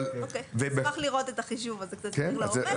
אני אשמח לראות את החישוב הזה קצת יותר לעומק.